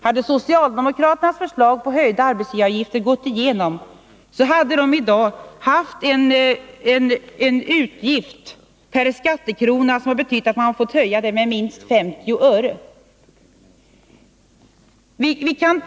Hade socialdemokraternas förslag om höjda arbetsgivaravgifter gått igenom, så hade landstinget i dag haft en utgift som hade betytt att man fått höja skatten med minst 50 öre per skattekrona.